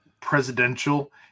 presidential